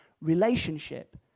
relationship